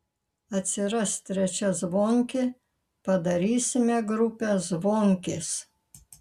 atsiras trečia zvonkė padarysime grupę zvonkės